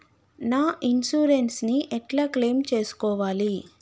నా ఇన్సూరెన్స్ ని ఎట్ల క్లెయిమ్ చేస్కోవాలి?